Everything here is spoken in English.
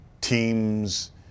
teams